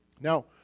now